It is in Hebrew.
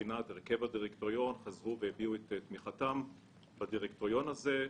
והביעו את תמיכתם בדירקטוריון הזה,